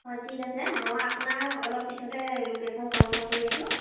হয় ঠিক আছে মই আপোনাক অলপ পিছতে লোকেশ্যন কনফাৰ্ম কৰি আছোঁ